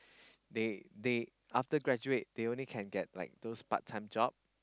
they they after graduate they only can get like those part time job